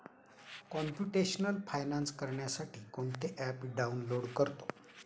computational finance करण्यासाठी कोणते app download करतो